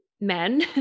men